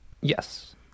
Yes